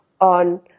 on